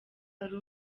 ari